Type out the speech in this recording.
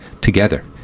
together